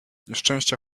nieszczęścia